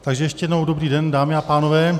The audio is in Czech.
Takže ještě jednou dobrý den, dámy a pánové.